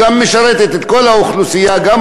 שמשרתת את כל האוכלוסייה במדינה,